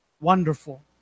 wonderful